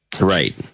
right